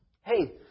hey